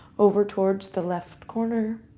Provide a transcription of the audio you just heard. over towards the left corner.